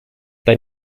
they